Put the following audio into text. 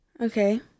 Okay